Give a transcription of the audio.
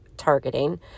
targeting